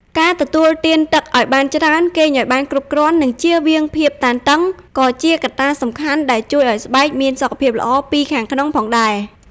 ការទទួលទានទឹកឲ្យបានច្រើន គេងឲ្យបានគ្រប់គ្រាន់ និងចៀសវាងភាពតានតឹង ក៏ជាកត្តាសំខាន់ដែលជួយឲ្យស្បែកមានសុខភាពល្អពីខាងក្នុងផងដែរ។